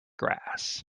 grass